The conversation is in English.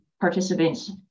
participants